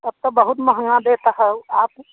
तब तो बहुत महंगा देता हाउ आप